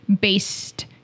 based